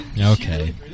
Okay